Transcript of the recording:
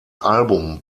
album